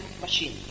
machine